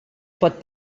pot